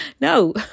no